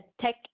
tech